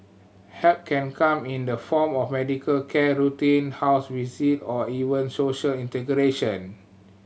help can come in the form of medical care routine house receive or even social integration